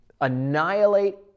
annihilate